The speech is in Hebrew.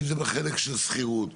אם זה בחלק של שכירות,